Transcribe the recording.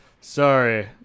Sorry